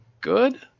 good